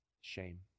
shame